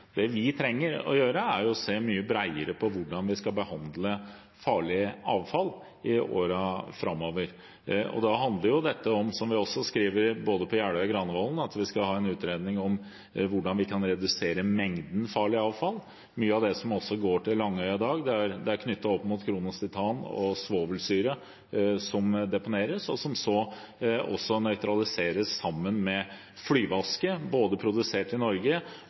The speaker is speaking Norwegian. Det vi trenger å gjøre, er å se mye bredere på hvordan vi skal behandle farlig avfall i årene framover. Da handler dette om, som vi skriver i både Jeløya-plattformen og Granavolden-plattformen, at vi skal ha en utredning om hvordan vi kan redusere mengden farlig avfall. Mye av det som går til Langøya i dag, er knyttet til Kronos Titan og svovelsyre som deponeres, og som så nøytraliseres sammen med flyveaske produsert i Norge